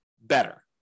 better